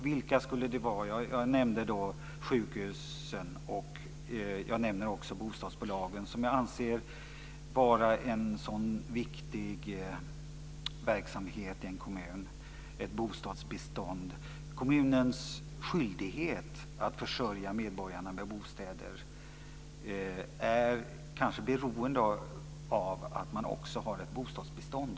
Vilka verksamheter är det som är strategiskt viktiga? Ja, jag nämnde sjukhusen och bostadsbolagen. Kommunerna har skyldighet att försörja medborgarna med bostäder, och då måste det finnas ett bostadsbestånd.